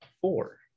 Four